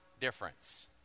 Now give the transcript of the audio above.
difference